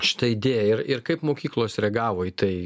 šita idėja ir ir kaip mokyklos reagavo į tai